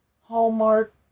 Hallmark